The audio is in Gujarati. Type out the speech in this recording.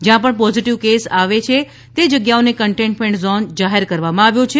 જ્યાં પણ પોઝિટિવ કેસ આવે છે જગ્યાઓને કન્ટેન્મેનટ ઝોન જાહેર કરવામાં આવ્યો છે